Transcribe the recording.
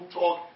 talk